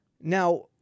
Now